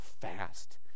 fast